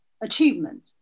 achievement